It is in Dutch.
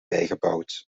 bijgebouwd